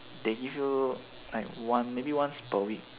they give you like once maybe once per week